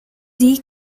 die